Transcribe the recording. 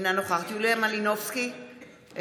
אינה נוכחת יוליה מלינובסקי קונין,